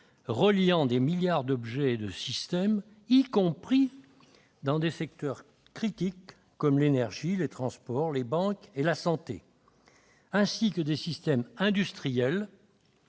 reliant des milliards d'objets et de systèmes, y compris dans des secteurs critiques comme l'énergie, les transports, les banques et la santé, ainsi que des systèmes de